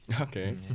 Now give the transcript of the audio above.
Okay